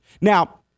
Now